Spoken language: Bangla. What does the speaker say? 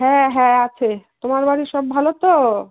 হ্যাঁ হ্যাঁ আছে তোমার বাড়ির সব ভালো তো